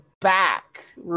back